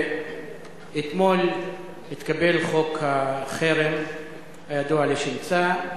אתמול התקבל חוק החרם הידוע לשמצה.